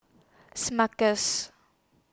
Smuckers